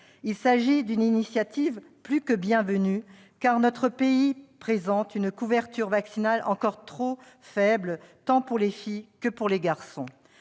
Il s'agit d'une initiative plus que bienvenue, car notre pays présente une couverture vaccinale encore trop faible, tant pour les filles que pour les garçons.